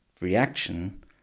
reaction